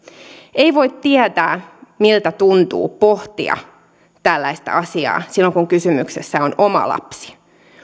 ei voi tietää miltä tuntuu pohtia tällaista asiaa silloin kun kysymyksessä on oma lapsi